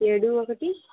ఏడు ఒకటి